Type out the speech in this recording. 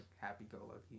happy-go-lucky